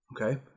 okay